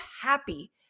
happy